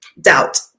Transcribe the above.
doubt